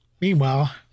Meanwhile